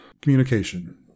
communication